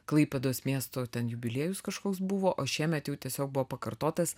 klaipėdos miesto ten jubiliejus kažkoks buvo o šiemet jau tiesiog buvo pakartotas